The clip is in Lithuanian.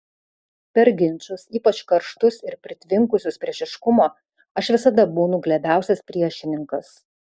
per ginčus ypač karštus ir pritvinkusius priešiškumo aš visada būnu glebiausias priešininkas